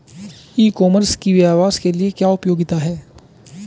ई commerce की व्यवसाय के लिए क्या उपयोगिता है?